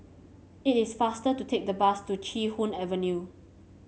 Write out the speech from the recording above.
it is faster to take the bus to Chee Hoon Avenue